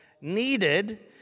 needed